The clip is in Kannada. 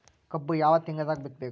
ಕಬ್ಬು ಯಾವ ತಿಂಗಳದಾಗ ಬಿತ್ತಬೇಕು?